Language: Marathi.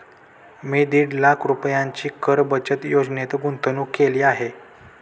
मी दीड लाख रुपयांची कर बचत योजनेत गुंतवणूक केली आहे